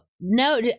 No